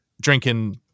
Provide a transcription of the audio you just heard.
drinking